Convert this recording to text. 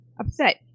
upset